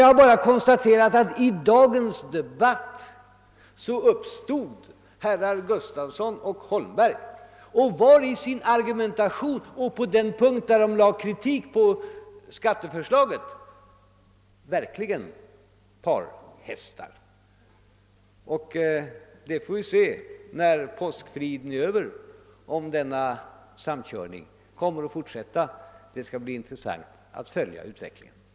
Jag har bara konstaterat att i dagens debatt framstod herrar Gustafson och Holmberg som verkliga parhästar i sin argumentation på den punkt där de förde fram kritik mot skatteförslaget. Vi får se, när påskfriden är över, om denna samkörning kommer att fortsätta. Det skall bli intressant att följa utvecklingen därvidlag.